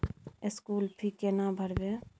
School fee केना भरबै?